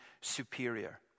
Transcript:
superior